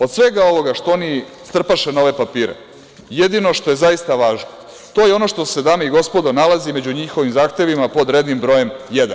Od svega ovoga što oni strpaše na ove papire, jedino što je zaista važno, to je on što se, dame i gospodo, nalazi među njihovim zahtevima pod rednim brojem jedan.